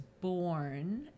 born